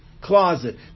closet